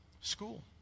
School